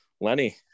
Lenny